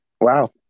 Wow